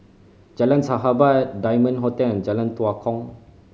Jalan Sahabat Diamond Hotel and Jalan Tua Kong